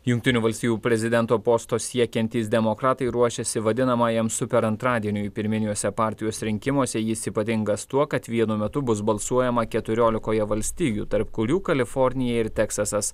jungtinių valstijų prezidento posto siekiantys demokratai ruošiasi vadinamajam super antradieniui pirminiuose partijos rinkimuose jis ypatingas tuo kad vienu metu bus balsuojama keturiolikoje valstijų tarp kurių kalifornija ir teksasas